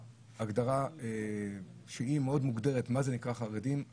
"הגדלה מהירה של היצע יחידות דיור".